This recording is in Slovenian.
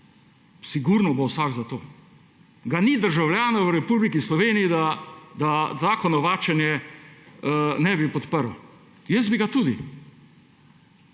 sigurno bo vsak za to. Ga ni državljana v Republiki Sloveniji, da zakona, novačenja, ne bi podprli! Jaz bi ga tudi,